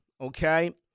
Okay